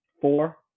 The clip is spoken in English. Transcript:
Four